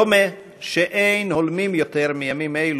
דומה שאין הולמים יותר מימים אלו,